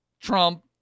Trump